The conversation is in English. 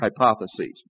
hypotheses